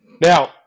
Now